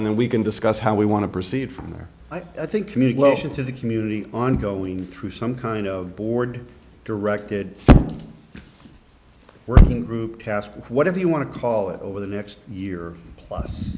and then we can discuss how we want to proceed from there i think communication to the community on going through some kind of board directed we're think group task whatever you want to call it over the next year plus